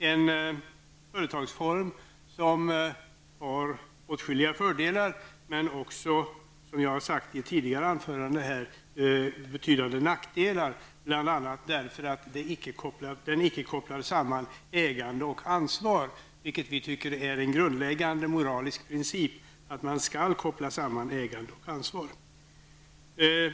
Det är en företagsform som har åtskilliga fördelar men också, som jag har sagt i ett tidigare anförande, betydande nackdelar, bl.a. därför att den inte kopplar samman ägande och ansvar, vilket vi tycker är en grundläggande moralisk princip att man gör.